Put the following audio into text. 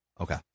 Okay